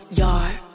yard